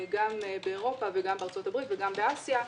גם באירופה, גם בארצות הברית וגם באסיה.